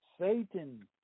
Satan